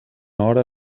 hora